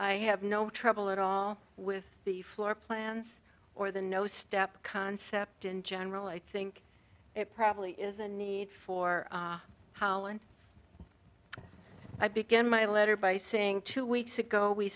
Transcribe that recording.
i have no trouble at all with the floor plans or the no step concept in general i think it probably is a need for how i began my letter by saying two weeks ago we